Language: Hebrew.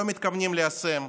לא מתכוונים ליישם.